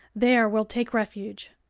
there we'll take refuge.